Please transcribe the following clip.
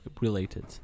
related